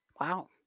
Wow